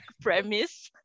premise